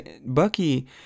Bucky